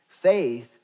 Faith